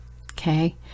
okay